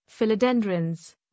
philodendrons